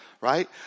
Right